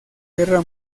guerra